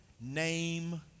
name